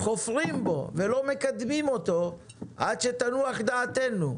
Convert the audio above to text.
נחפור בו ולא נקדם אותו עד שתנוח דעתנו.